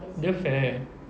dia fair